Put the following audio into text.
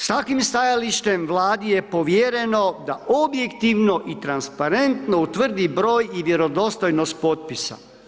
S takvim stajalištem Vladi je povjereno da objektivno i transparentno utvrdi broj i vjerodostojnost potpisa.